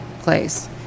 place